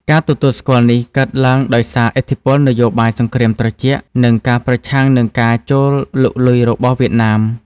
ការទទួលស្គាល់នេះកើតឡើងដោយសារឥទ្ធិពលនយោបាយសង្គ្រាមត្រជាក់ និងការប្រឆាំងនឹងការចូលលុកលុយរបស់វៀតណាម។